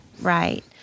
right